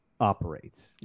operates